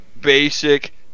basic